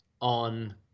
on